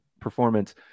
performance